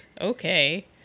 Okay